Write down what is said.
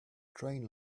train